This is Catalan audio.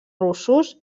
russos